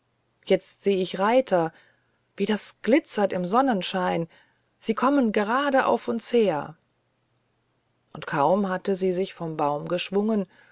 jetzt seh ich reiter wie das glitzert im sonnenschein sie kommen gerade auf uns her und kaum hatte sie sich vom baum geschwungen